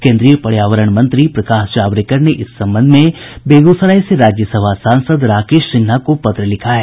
केन्द्रीय पर्यावरण मंत्री प्रकाश जावडेकर ने इस संबंध में बेगूसराय से राज्यसभा सांसद राकेश सिन्हा को पत्र लिखा है